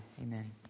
Amen